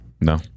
No